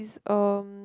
um